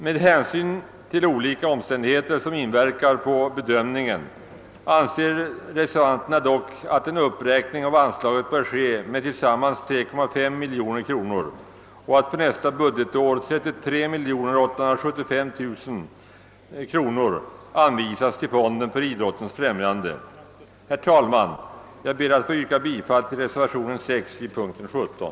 Med hänsyn till olika omständigheter som inverkar på bedömningen bör enligt reservanternas mening en uppräkning av anslaget ske med tillsammans 3,5 miljoner kronor, så att för nästa budgetår 33 875 000 kronor anvisas till fonden för idrottens främjande. Herr talman! Jag ber att få yrka bifall till reservationen 6 vid punkten 17.